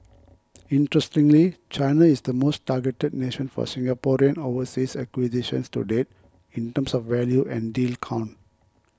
interestingly China is the most targeted nation for Singaporean overseas acquisitions to date in terms of value and deal count